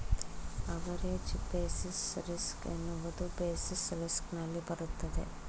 average basis risk ಎನ್ನುವುದು basis risk ನಲ್ಲಿ ಬರುತ್ತದೆ